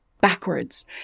backwards